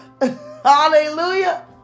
Hallelujah